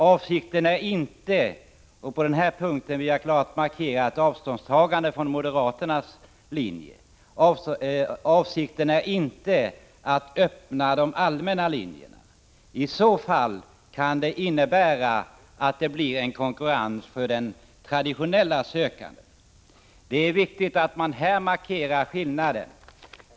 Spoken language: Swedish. Avsikten är inte — och på den punkten vill jag klart markera ett avståndstagande från moderaternas linjer — att öppna de allmänna linjerna. I så fall kunde det bli en konkurrens för de traditionella sökandena. Det är viktigt att man här markerar skillnaden.